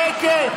שקט.